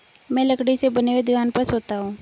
मैं लकड़ी से बने हुए दीवान पर सोता हूं